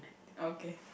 okay